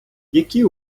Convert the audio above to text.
які